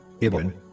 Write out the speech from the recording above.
Ibn